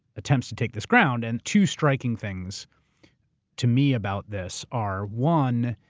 attempts to take this ground. and two striking things to me about this are, one,